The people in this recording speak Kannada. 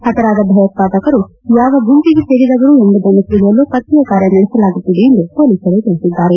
ಹತರಾದ ಭಯೋತ್ವಾದಕರು ಯಾವ ಗುಂಪಿಗೆ ಸೇರಿದವರು ಎಂಬುದನ್ನು ತಿಳಿಯಲು ಪತ್ತೆ ಕಾರ್ಯ ನಡೆಸಲಾಗುತ್ತಿದೆ ಎಂದು ಪೊಲೀಸರು ತಿಳಿಸಿದ್ದಾರೆ